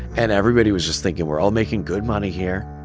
and everybody was just thinking, we're all making good money here.